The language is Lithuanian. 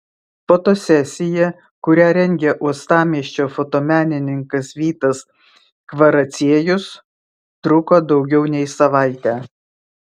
fotosesija kurią rengė uostamiesčio fotomenininkas vytas kvaraciejus truko daugiau nei savaitę